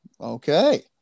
Okay